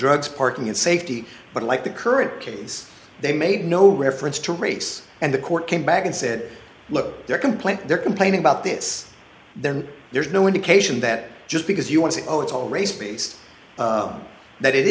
drugs parking and safety but like the current case they made no reference to race and the court came back and said look your complaint they're complaining about this then there's no indication that just because you want to know it's all